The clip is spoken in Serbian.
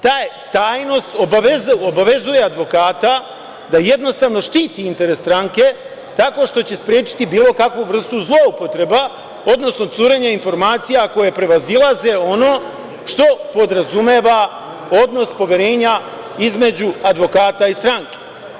Ta tajnost obavezuje advokata da jednostavno štiti interes stranke tako što će sprečiti bilo kakvu vrstu zloupotreba, odnosno curenja informacija koje prevazilaze ono što podrazumeva odnos poverenja između advokata i stranke.